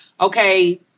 okay